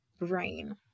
brain